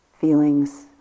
feelings